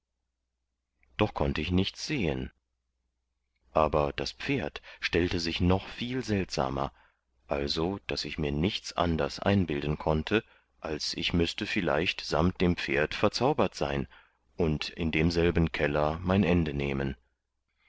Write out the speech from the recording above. doch konnte ich nichts sehen aber das pferd stellte sich noch viel seltsamer also daß ich mir nichts anders einbilden konnte als ich müßte vielleicht samt dem pferd verzaubert sein und in demselben keller mein ende nehmen